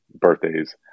birthdays